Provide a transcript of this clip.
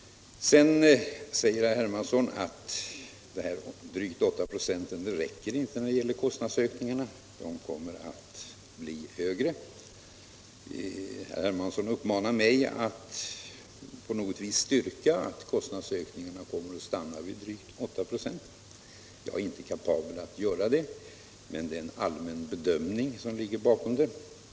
Sedan menar herr Hermansson att drygt 8 96 inte räcker när det gäller kostnadsökningarna, utan de kommer att bli högre. Han uppmanar mig att på något vis styrka att kostnadsökningarna kommer att stanna vid drygt 8 96. Jag är inte kapabel att göra det; det är en allmän bedömning som ligger bakom siffran.